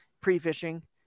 pre-fishing